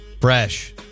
Fresh